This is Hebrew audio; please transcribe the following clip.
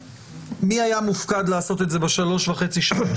העבירות המינהליות (שינוי התוספת הראשונה לחוק),